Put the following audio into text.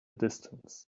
distance